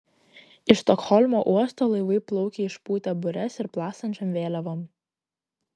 iš stokholmo uosto laivai plaukia išpūtę bures ir plastančiom vėliavom